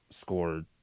scored